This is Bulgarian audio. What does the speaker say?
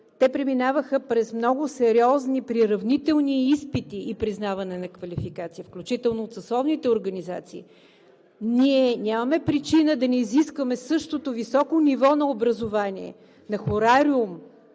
те преминаваха през много сериозни приравнителни изпити и признаване на квалификация, включително и от съсловните организации. Ние нямаме причина да не изискваме същото високо ниво на образование, на хорариум,